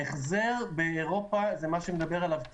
ההחזר באירופה זה מה שמדבר עליו טיבי.